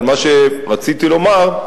מה שרציתי לומר,